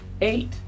Eight